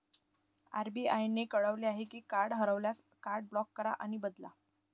RBI ने कळवले आहे की कार्ड हरवल्यास, कार्ड ब्लॉक करा आणि बदला